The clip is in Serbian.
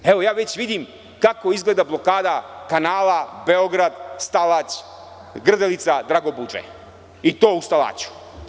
Evo, ja već vidim kako izgleda blokada kanala Beograd-Stalać-Grdelica-Dragobužde, i to u Stalaću.